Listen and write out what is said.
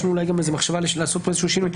ויש אולי מחשבה לעשות פה שינוי.